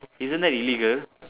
isn't that illegal